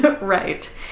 Right